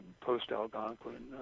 post-Algonquin